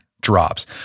drops